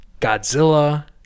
Godzilla